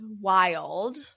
Wild